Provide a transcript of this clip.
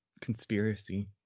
conspiracy